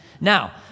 Now